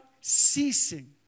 ceasing